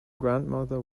grandmother